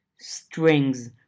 Strings